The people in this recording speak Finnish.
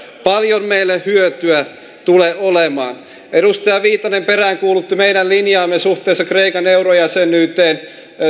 paljon meille hyötyä tule olemaan edustaja viitanen peräänkuulutti meidän linjaamme suhteessa kreikan eurojäsenyyteen